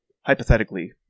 Hypothetically